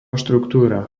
štruktúra